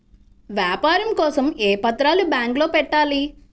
వ్యాపారం కోసం ఏ పత్రాలు బ్యాంక్లో పెట్టాలి?